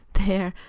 there,